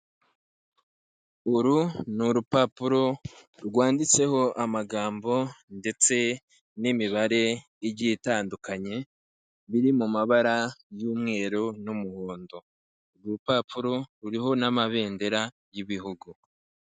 Uru ni urupapuro rwanditseho amagambo ndetse n'imibare igiye itandukanye biri mu mabara y'umweru n'umuhondo. Urupapuro ruriho n'amabendera y'ibihugu.